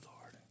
Lord